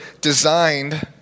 designed